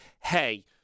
hey